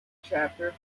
chapter